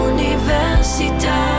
Universita